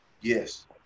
Yes